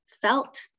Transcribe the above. felt